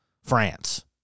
France